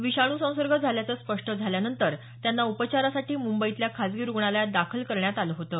विषाणू संसर्ग झाल्याचं स्पष्ट झाल्यानंतर त्यांना उपचारासाठी मुंबईतल्या खासगी रुग्णालयात दाखल करण्यात आलं होतं